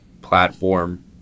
platform